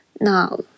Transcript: now